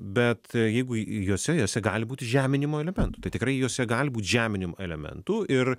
bet jeigu jose jose gali būti žeminimo elementų tai tikrai jose gali būt žeminimo elementų ir